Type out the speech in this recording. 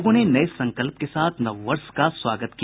लोगों ने नये संकल्प के साथ नव वर्ष का स्वागत किया